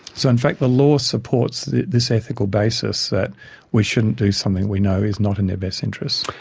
so in fact the law supports this ethical basis that we shouldn't do something we know is not in their best interest.